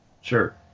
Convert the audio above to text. Sure